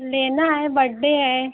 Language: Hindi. लेना है बड्डे है